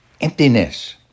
emptiness